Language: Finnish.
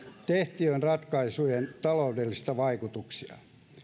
tehtyjen ratkaisujen taloudellisia vaikutuksia